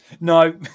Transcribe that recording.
No